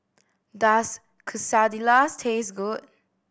does Quesadillas taste good